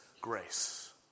grace